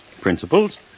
Principles